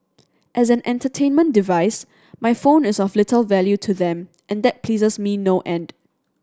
as an entertainment device my phone is of little value to them and that pleases me no end